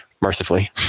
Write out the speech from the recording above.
mercifully